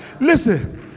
listen